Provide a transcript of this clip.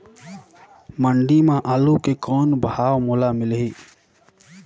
मंडी म आलू के कौन भाव मोल मिलही?